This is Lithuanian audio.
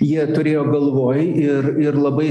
jie turėjo galvoj ir ir labai